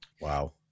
Wow